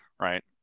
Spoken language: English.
right